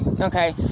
Okay